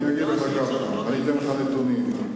אני אתן לך נתונים.